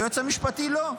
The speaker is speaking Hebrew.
היועץ המשפטי, לא.